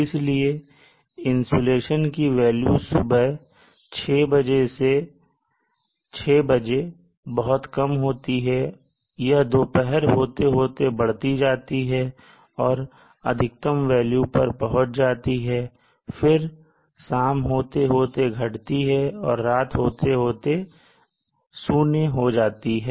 इसलिए इंसुलेशन की वेल्यू सुबह 600 बजे बहुत कम होती है यह दोपहर होते होते बढ़ती जाती और अधिकतम वैल्यू पर पहुंच जाती है फिर शाम होते होते घटती है और रात होते होते जीरो हो जाती है